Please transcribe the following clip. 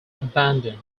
abandon